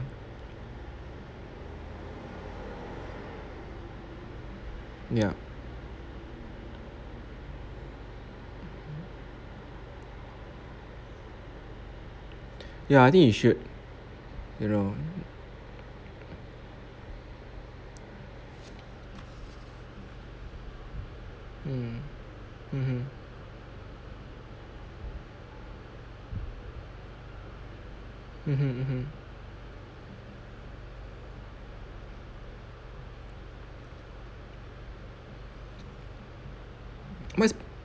ya ya I think you should you know mm mmhmm mmhmm mmhmm